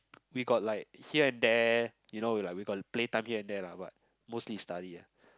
we got like here and there you know we like we got play time at there lah but mostly is study ah